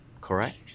correct